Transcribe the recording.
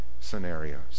scenarios